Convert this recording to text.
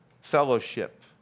fellowship